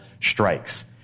strikes